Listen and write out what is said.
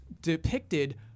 depicted